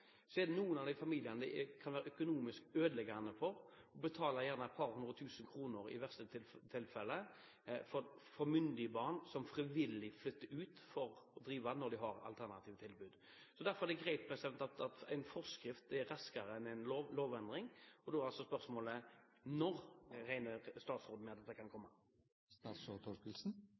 noen av disse familiene kan det være økonomisk ødeleggende å betale, gjerne et par hundre tusen kroner – i det verste tilfellet – for myndige barn som frivillig flytter ut, når de har alternative tilbud. Derfor er det greit: En forskrift er raskere enn en lovendring. Da er altså spørsmålet: Når regner statsråden med at dette kan komme?